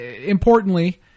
importantly